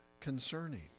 concerning